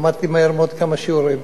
למדתי מהר מאוד כמה שיעורים,